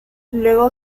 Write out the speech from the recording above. luego